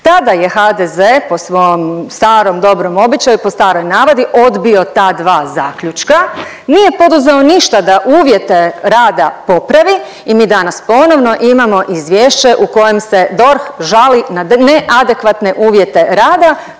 tada je HDZ po svom starom dobrom običaju, po staroj navadi odbio ta dva zaključka, nije poduzeo ništa da uvjete rada popravi i mi danas ponovno imamo izvješće u kojem se DORH žali na neadekvatne uvjete rada